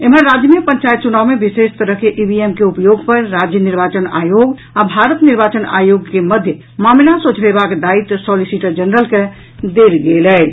एम्हर राज्य मे पंचायत चुनाव मे विशेष तरह के ईवीएम के उपयोग पर राज्य निर्वाचन आयोग आ भारत निर्वाचन आयोग के मध्य मामिला सोझरेबाक दायित्व सॉलिसिटर जनरल के देल गेल अछि